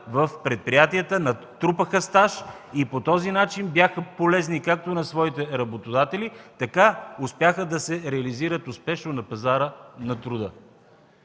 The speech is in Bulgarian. в предприятията, натрупаха стаж и по този начин бяха полезни както на своите работодатели, така успяха да се реализират успешно на пазара на труда.